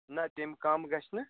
نہَ تَمہِ کم گَژھِ نہٕ